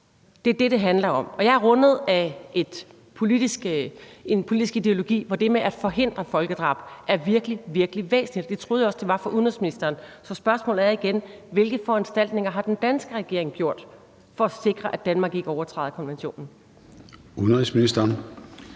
Det er det, det handler om. Og jeg er rundet af en politisk ideologi, hvor det med at forhindre folkedrab er virkelig, virkelig væsentligt. Det troede jeg også det var for udenrigsministeren. Så spørgsmålet er igen: Hvilke foranstaltninger har den danske regering truffet for at sikre, at Danmark ikke overtræder konventionen? Kl.